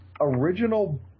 original